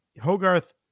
Hogarth